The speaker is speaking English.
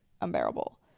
unbearable